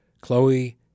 Chloe